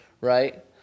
Right